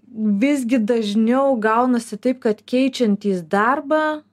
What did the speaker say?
visgi dažniau gaunasi taip kad keičiantys darbą